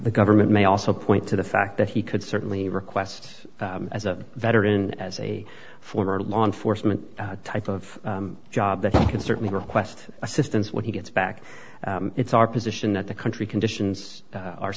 the government may also point to the fact that he could certainly request as a veteran as a former law enforcement type of job that he could certainly request assistance when he gets back it's our position that the country conditions are